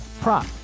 prop